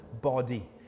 body